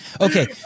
Okay